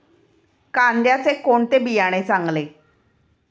कांद्याचे कोणते बियाणे चांगले?